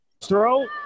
throw